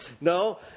No